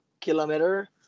kilometer